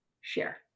share